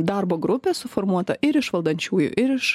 darbo grupės formuota ir iš valdančiųjų ir iš